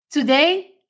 Today